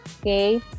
okay